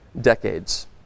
decades